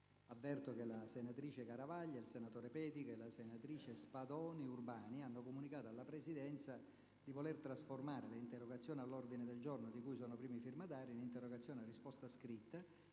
Avverte che i senatori Mariapia Garavaglia, Pedica e Spadoni Urbani hanno comunicato alla Presidenza di voler trasformare le interrogazioni all'ordine del giorno, di cui sono primi firmatari, in interrogazioni a risposta scritta.